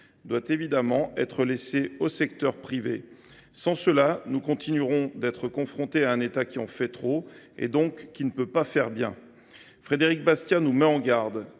doit évidemment être laissé au secteur privé. Sans cela, nous continuerions à subir un État qui en fait trop et qui ne peut donc bien faire. Frédéric Bastiat nous met en garde